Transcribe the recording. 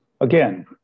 again